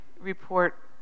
report